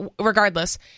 regardless